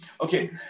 okay